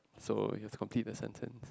so you have to complete the sentence